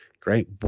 Great